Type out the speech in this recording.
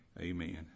Amen